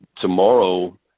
tomorrow